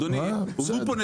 אדוני, הובאו פה נתונים.